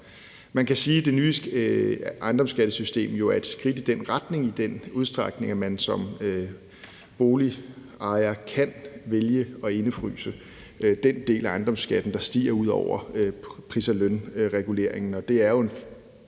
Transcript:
det vil sige når man står med pengene i hånden, i den udstrækning at man som boligejer kan vælge at indefryse den del af ejendomsskatten, der stiger ud over pris- og lønreguleringen,